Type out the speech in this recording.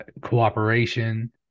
cooperation